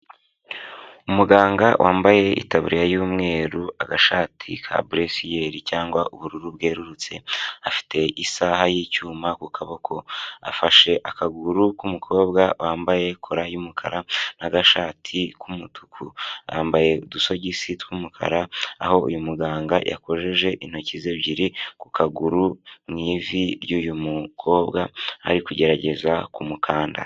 Umuganga wambaye itaburiya y'umweru, agashati ka buresiyeri cyangwa ubururu bwerurutse. Afite isaha y'icyuma ku kaboko afashe akaguru k'umukobwa wambaye kola y'umukara na gashati k'umutuku. Yambaye udusogisi tw'umukara aho uyu muganga yakojeje intoki ebyiri ku kaguru mu ivi ry'uyu mukobwa ari kugerageza kumukanda.